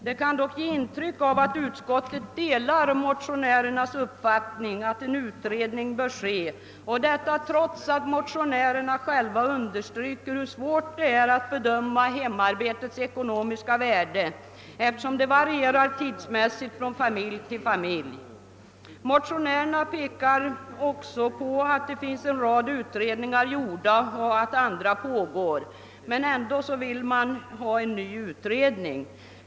Den kan dock ge intrycket att utskottet delar motionärernas uppfattning att en utredning bör ske — och detta trots att motionärerna själva understryker hur svårt det är att bedöma hemarbetets ekonomiska värde, eftersom det varierar tidsmässigt från familj till familj. Motionärerna påpekar också att en rad utredningar gjorts och att andra pågår, men ändå vill de ha en ny utredning.